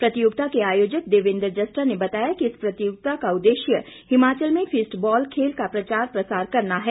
प्रतियोगिता के आयोजक देवेन्द्र जस्टा ने बताया कि इस प्रतियोगिता का उद्देश्य हिमाचल में फिस्ट बॉल खेल का प्रचार प्रसार करना है